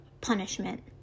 punishment